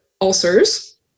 ulcers